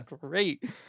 great